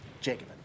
Jacobin